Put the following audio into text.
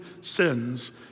sins